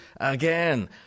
again